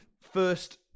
first